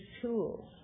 tools